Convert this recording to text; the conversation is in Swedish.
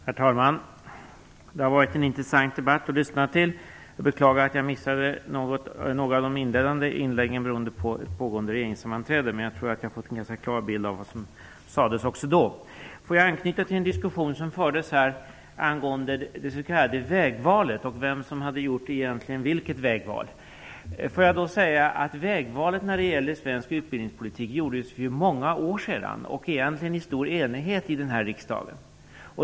Herr talman! Det har varit en intressant debatt att lyssna till. Jag beklagar att jag missade några av de inledande inläggen beroende på ett regeringssammanträde, men jag tror att jag har fått en ganska klar bild av vad som sades. Jag vill anknyta till en diskussion som fördes här angående det s.k. vägvalet och vem som egentligen hade gjort vilket vägval. Vägvalet när det gäller svensk utbildningspolitik gjordes för många år sedan och i stor enighet i denna riksdag.